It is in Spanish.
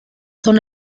son